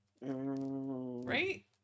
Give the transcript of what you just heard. Right